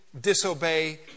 disobey